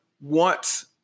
wants